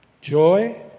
joy